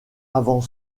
avant